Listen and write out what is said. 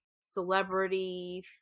celebrity